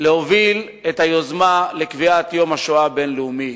להוביל את היוזמה לקביעת יום השואה הבין-לאומי,